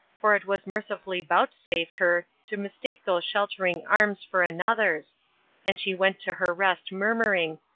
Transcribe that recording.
for it was mercifully vouchsafed her to mistake those sheltering arms for another's and she went to her rest murmuring,